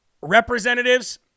representatives